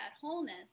wholeness